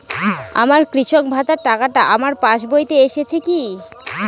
আমার কৃষক ভাতার টাকাটা আমার পাসবইতে এসেছে কি?